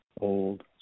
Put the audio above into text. old